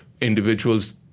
individuals